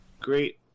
great